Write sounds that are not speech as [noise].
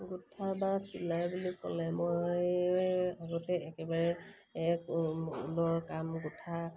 গোঁঠা বা চিলাই বুলি ক'লে মই আগতে [unintelligible] কাম গোঁঠা